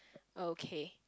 okay